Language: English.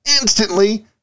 instantly